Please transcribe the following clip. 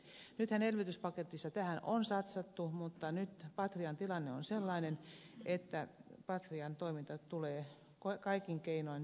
nythän elvytyspaketissa tähän on satsattu mutta nyt patrian tilanne on sellainen että patrian toiminta tulee kaikin keinoin turvata